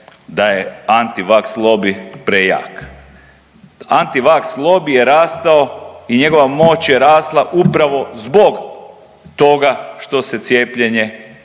da je antivaks lobi prejak. Antivaks lobi je rastao i njegova moć je rasla upravo zbog toga što se cijepljenje